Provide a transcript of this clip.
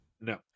No